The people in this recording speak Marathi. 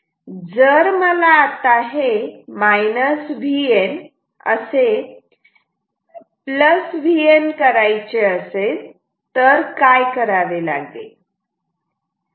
जर मला आता हे Vn असे Vn करायचे असेल तर काय करावे लागेल